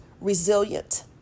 resilient